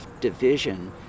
division